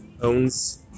owns